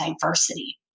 diversity